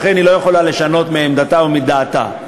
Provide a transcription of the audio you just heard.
לכן היא לא יכולה לשנות מעמדתה או מדעתה.